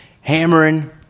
hammering